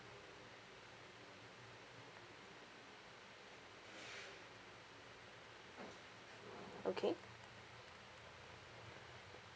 okay